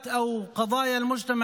חבר הכנסת מנסור